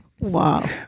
Wow